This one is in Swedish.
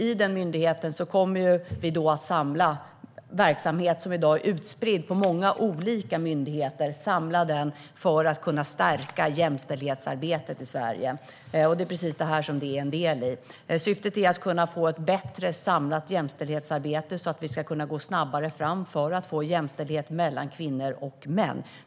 I denna myndighet kommer vi att samla verksamhet som i dag är utspridd på många olika myndigheter för att stärka jämställdhetsarbetet i Sverige. Det här är en del i detta. Syftet är att kunna få ett bättre samlat jämställdhetsarbete så att vi ska kunna gå snabbare fram för att få jämställdhet mellan kvinnor och män.